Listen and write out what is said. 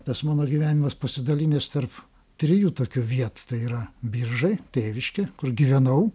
tas mano gyvenimas pasidalinęs tarp trijų tokių vietų tai yra biržai tėviškė kur gyvenau